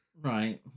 Right